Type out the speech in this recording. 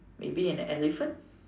maybe an elephant